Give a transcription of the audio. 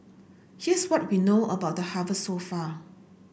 here's what we know about the harvest so far